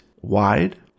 wide